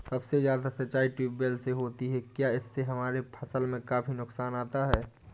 सबसे ज्यादा सिंचाई ट्यूबवेल से होती है क्या इससे हमारे फसल में काफी नुकसान आता है?